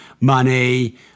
money